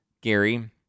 Gary